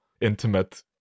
intimate